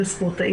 מנהלת "אתנה",